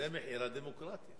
זה מחיר הדמוקרטיה.